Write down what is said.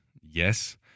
Yes